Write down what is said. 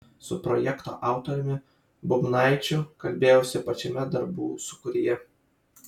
su projekto autoriumi bubnaičiu kalbėjausi pačiame darbų sūkuryje